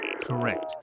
correct